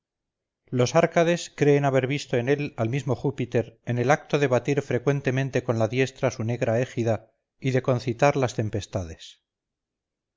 los árcades creen haber visto en él al mismo júpiter en el acto de batir frecuentemente con la diestra su negra égida y de concitar las tempestades